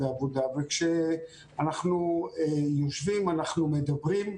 העבודה וכשאנחנו יושבים אנחנו מדברים,